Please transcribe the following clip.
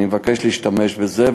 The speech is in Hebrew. אני מבקש להשתמש בזה,